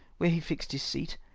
where he fixed his seat,